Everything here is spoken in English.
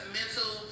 mental